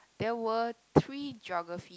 there were three geography